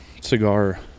cigar